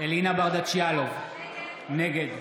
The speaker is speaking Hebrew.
אלינה ברדץ' יאלוב, נגד